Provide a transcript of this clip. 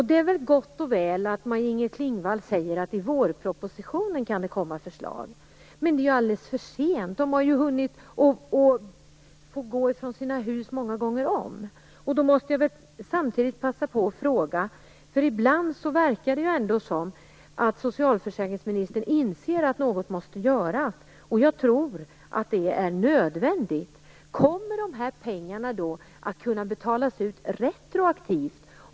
Det är gott och väl att Maj-Inger Klingvall säger att det i vårpropositionen kan komma förslag. Men det är alldeles för sent. Familjerna har hunnit flytta från sina hus många gånger om. Ibland verkar det ändå som om socialförsäkringsministern inser att något måste göras; jag tror att det är nödvändigt. Jag måste därför passa på att ställa en fråga.